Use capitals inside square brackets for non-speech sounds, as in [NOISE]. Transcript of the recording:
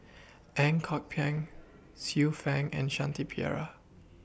[NOISE] Ang Kok Peng Xiu Fang and Shanti Pereira